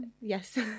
Yes